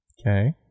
Okay